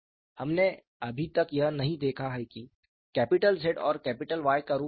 हमने अभी तक यह नहीं देखा है कि कैपिटल Z और कैपिटल Y का रूप क्या है